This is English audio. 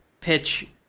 pitch